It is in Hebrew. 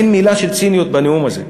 אין מילה של ציניות בנאום הזה,